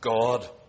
God